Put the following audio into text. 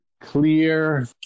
clear